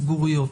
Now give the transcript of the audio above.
ציבוריות.